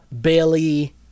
Bailey